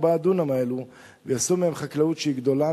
הדונם האלו ויעשו מהם חקלאות שהיא גדולה,